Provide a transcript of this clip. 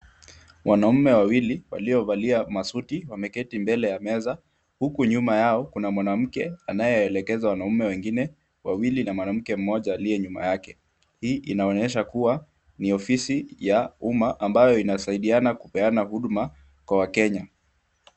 Wanaume wawili waliovalia masuti, wameketi mbele ya meza huku nyuma yao kuna mwanamke anayeelekeza wanaume wengine na mwanamke mmoja aliye nyuma yake. Hii inaonyesha kuwa ni ofisi ya umma inayosaidiana kupeana huduma kwa wakenya.